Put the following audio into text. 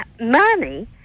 money